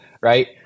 Right